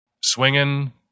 swinging